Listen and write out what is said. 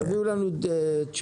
תענו לנו תשובה.